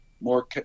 more